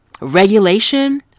regulation